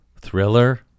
thriller